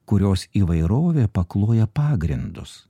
kurios įvairovė pakloja pagrindus